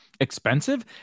expensive